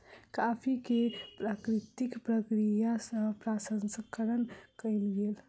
coffee के प्राकृतिक प्रक्रिया सँ प्रसंस्करण कयल गेल